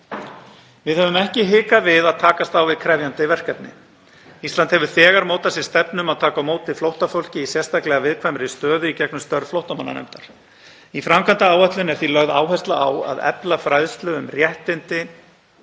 Við höfum ekki hikað við að takast á við krefjandi verkefni. Ísland hefur þegar mótað sér stefnu um að taka á móti flóttafólki í sérstaklega viðkvæmri stöðu í gegnum störf flóttamannanefndar. Í framkvæmdaáætlun er því lögð áhersla á að efla fræðslu um réttindi